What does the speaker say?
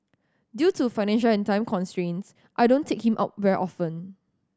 due to financial and time constraints I don't take him out very often